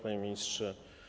Panie Ministrze!